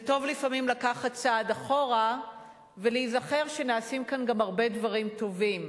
זה טוב לפעמים לקחת צעד אחורה ולהיזכר שנעשים כאן גם הרבה דברים טובים.